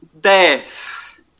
death